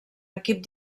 equip